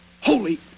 Holy